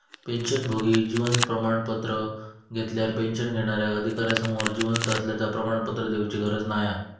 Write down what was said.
पेंशनभोगी जीवन प्रमाण पत्र घेतल्यार पेंशन घेणार्याक अधिकार्यासमोर जिवंत असल्याचा प्रमाणपत्र देउची गरज नाय हा